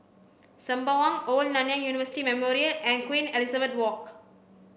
Sembawang Old Nanyang University Memorial and Queen Elizabeth Walk